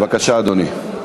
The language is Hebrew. בבקשה, אדוני.